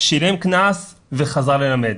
שילם קנס וחזר ללמד.